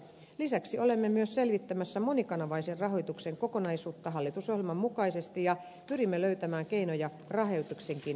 lisäksi olemme myös selvittämässä monikanavaisen rahoituksen kokonaisuutta hallitusohjelman mukaisesti ja pyrimme löytämään keinoja rahoituksenkin selkeyttämiseksi